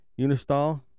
unistall